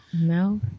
No